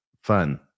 fun